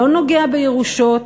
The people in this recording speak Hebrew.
לא נוגע בירושות,